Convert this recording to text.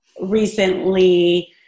recently